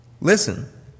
Listen